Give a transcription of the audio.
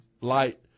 light